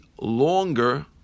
longer